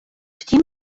втім